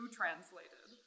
translated